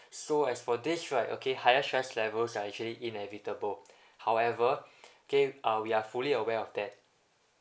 so as for this right okay higher stress levels are actually inevitable however okay uh we are fully aware of that